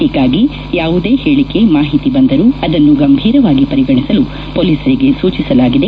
ಹೀಗಾಗಿ ಯಾವುದೇ ಹೇಳಿಕೆ ಮಾಹಿತಿ ಬಂದರೂ ಅದನ್ನು ಗಂಭೀರವಾಗಿ ಪರಿಗಣಿಸಲು ಪೋಲಿಸರಿಗೆ ಸೂಚಿಸಲಾಗಿದೆ